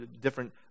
different